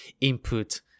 input